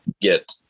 get